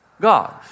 God